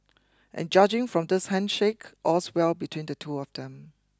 and judging from this handshake all's well between the two of them